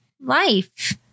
life